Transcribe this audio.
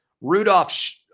Rudolph